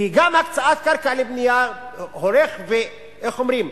גם הקצאת קרקע לבנייה, איך אומרים?